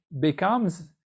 becomes